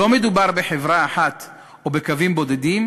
לא מדובר בחברה אחת או בקווים בודדים,